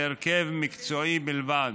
להרכב מקצועי בלבד.